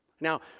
Now